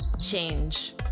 change